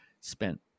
spent